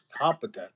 competent